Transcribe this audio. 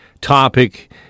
topic